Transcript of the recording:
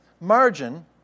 Margin